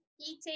eating